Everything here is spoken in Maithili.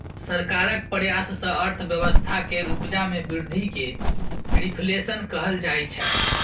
सरकारक प्रयास सँ अर्थव्यवस्था केर उपजा मे बृद्धि केँ रिफ्लेशन कहल जाइ छै